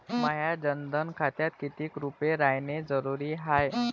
माह्या जनधन खात्यात कितीक रूपे रायने जरुरी हाय?